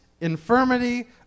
infirmity